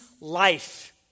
life